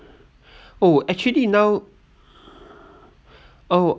oh actually now oh